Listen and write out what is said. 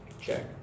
check